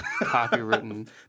Copywritten